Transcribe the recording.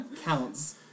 counts